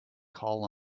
call